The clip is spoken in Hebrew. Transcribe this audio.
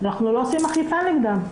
אנחנו לא עושים אכיפה נגדן.